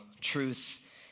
truth